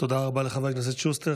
תודה רבה לחבר הכנסת שוסטר.